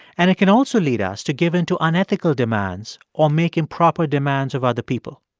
and it can also lead us to give in to unethical demands or make improper demands of other people.